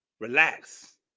relax